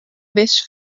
wis